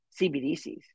cbdcs